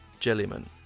Jellyman